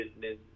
business